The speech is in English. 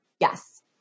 Yes